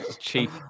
cheap